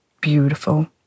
beautiful